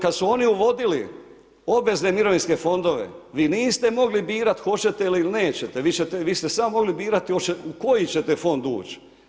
Kada su oni uvodili obvezne mirovinske fondove vi niste mogli birati hoćete li ili nećete, vi ste samo mogli birati u koji ćete fond uć.